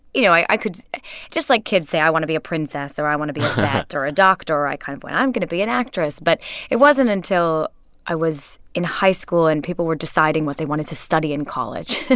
you know, i could just like kids say, i want to be a princess or i want to be. a vet or a doctor, i kind of went, i'm going to be an actress. but it wasn't until i was in high school and people were deciding what they wanted to study in college.